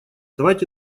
давайте